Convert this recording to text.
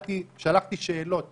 שלחתי שאלות